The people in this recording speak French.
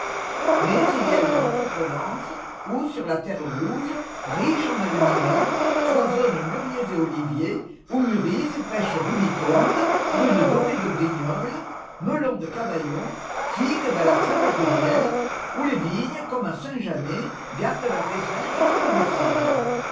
mais il y a une autre provence où sur la terre rouge riche en aluminium foisonnent mûriers et oliviers où mûrissent pêches rubicondes prunes dorées de brignoles melons de cavaillon figues à la saveur de miel où les vignes comme à saint jeannet gardent leurs raisins jusqu'en décembre